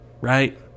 right